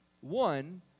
one